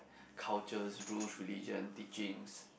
cultures rules religion teachings